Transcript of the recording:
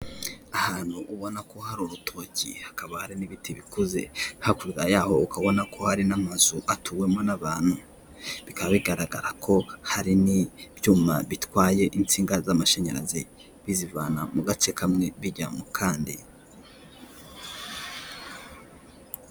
Ahantu ubona ko hari urutoki hakaba hari n'ibiti bikuze hakurya yaho ukabona ko hari n'amazu atuwemo n'abantu bikaba bigaragara ko hari n'ibyuma bitwaye insinga z'amashanyarazi bizivana mu gace kamwe zijya mu kandi.